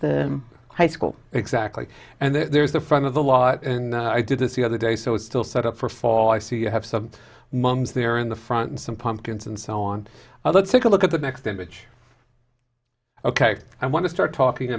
the high school exactly and there's the front of the lot and i did this the other day so it's still set up for fall i see you have some mums there in the front and some pumpkins and so on let's take a look at the next image ok i want to start talking